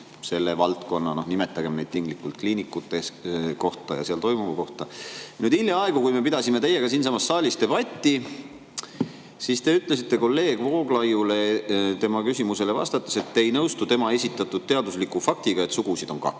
selle valdkonna – nimetagem neid tinglikult nii – kliinikute kohta ja seal toimuva kohta. Hiljaaegu, kui me pidasime teiega siinsamas saalis debatti, siis te ütlesite kolleeg Vooglaiule tema küsimusele vastates, et te ei nõustu tema esitatud teadusliku faktiga, et sugusid on kaks.